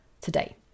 today